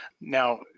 Now